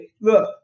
look